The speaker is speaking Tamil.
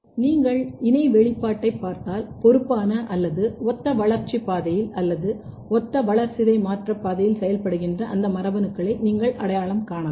நீங்கள் இணை வெளிப்பாட்டைப் பார்த்தால் பொறுப்பான அல்லது ஒத்த வளர்ச்சி பாதையில் அல்லது ஒத்த வளர்சிதை மாற்ற பாதையில் செயல்படுகின்ற அந்த மரபணுக்களை நீங்கள் அடையாளம் காணலாம்